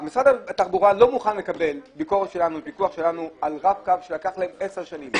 משרד התחבורה לא מוכן לקבל פיקוח שלנו על רב קו שלקח להם עשר שנים.